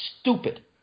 stupid